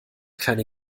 keine